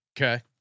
Okay